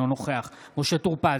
אינו נוכח משה טור פז,